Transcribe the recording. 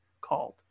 called